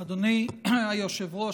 אדוני היושב-ראש,